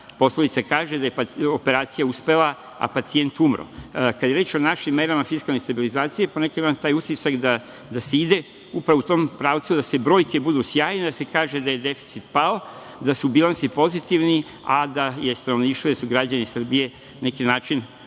poslovica kaže – operacija uspela, a pacijent umro. Kada je reč o našim merama fiskalne stabilizacije, ponekad imam taj utisak da se ide upravo u tom pravcu da brojke budu sjajne, da se kaže da je deficit pao, da su bilansi pozitivni, a da je stanovništvo i da su građani Srbije na neki način,